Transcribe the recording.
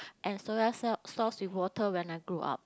and soya sau~ sauce with water when I grew up